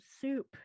soup